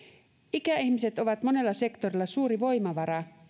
ikäihmiset ovat monella sektorilla suuri voimavara